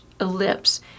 ellipse